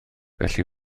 felly